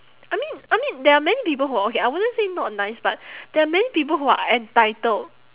I mean I mean there are many people who are okay I wouldn't say not nice but there are many people who are entitled